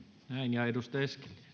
ja